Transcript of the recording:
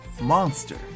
monster